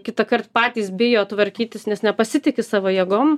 kitąkart patys bijo tvarkytis nes nepasitiki savo jėgom